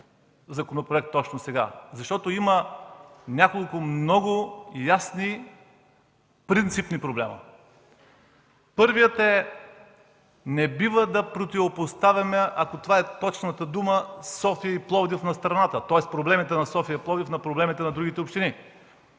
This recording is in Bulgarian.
законопроекта точно сега. Има няколко много ясни принципни проблема. Първият, не бива да противопоставяме, ако това е точната дума, градовете София и Пловдив на страната, тоест проблемите на София и Пловдив на проблемите на другите общини.